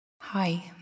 Hi